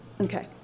Okay